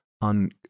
on